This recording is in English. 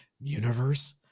universe